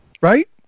right